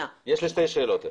יש לי שתי שאלות אלייך.